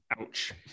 Ouch